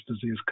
disease